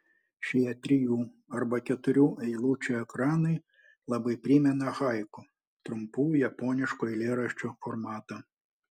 šie trijų arba keturių eilučių ekranai labai primena haiku trumpų japoniškų eilėraščių formatą